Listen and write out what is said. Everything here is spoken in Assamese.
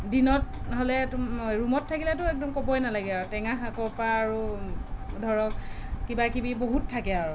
দিনত হ'লে ত' ৰুমত থাকিলেটো একদম ক'বই নালাগে আৰু টেঙা শাকৰ পৰা আৰু ধৰক কিবা কিবি বহুত থাকে আৰু